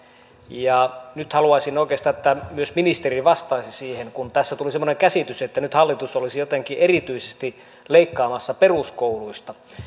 ja nyt haluaisin oikeastaan että myös ministeri vastaisi siihen kun tässä tuli semmoinen käsitys että nyt hallitus olisi jotenkin erityisesti leikkaamassa peruskouluista